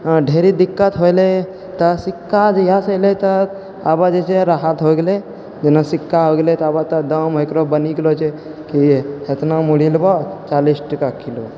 ढेरि दिक्कत होइ रहै तऽ सिक्का जहियासँ एलै तऽ आबऽ जेछै राहत हो गेलै तऽ जेना सिक्का हो गेलै तऽ दाम एकरो बनि गेलो छै कि इतना मुरही लेबऽ चालीस टका किलो